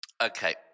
Okay